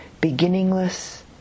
beginningless